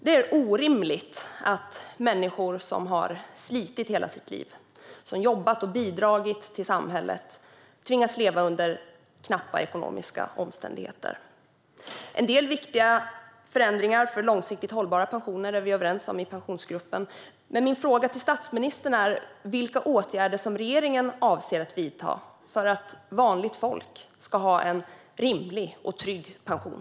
Det är orimligt att människor som har slitit i hela sitt liv och som har jobbat och bidragit till samhället tvingas leva under knappa ekonomiska omständigheter. En del viktiga förändringar för långsiktigt hållbara pensioner är vi överens om i Pensionsgruppen. Men min fråga till statsministern är: Vilka åtgärder avser regeringen att vidta för att vanligt folk ska få en rimlig och trygg pension?